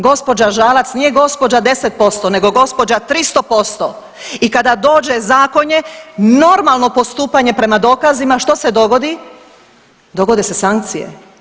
Gospođa Žalac nije gospođa 10% nego gospođa 300% i kada dođe zakonje normalno postupanje prema dokazima što se dogodi, dogode se sankcije.